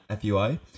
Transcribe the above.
FUI